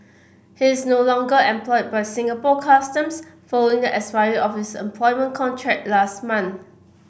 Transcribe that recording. he is no longer employed by Singapore Customs following the expiry of his employment contract last month